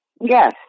Yes